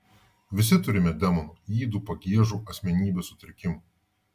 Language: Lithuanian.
visi turime demonų ydų pagiežų asmenybės sutrikimų